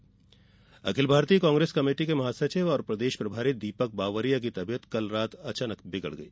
दीपक बावरिया अखिल भारतीय Congress committee के महासचिव और प्रदेश प्रभारी दीपक बावरिया की तबीयत कल रात अचानक बिगड़ गई